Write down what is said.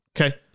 Okay